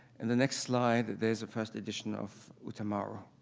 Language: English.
and the next slide, there's a first edition of outamaro.